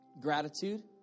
Gratitude